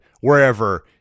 wherever